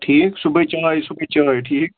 ٹھیٖک صُبحٲے چاے صُبحٲے چاے ٹھیٖک